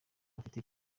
bafite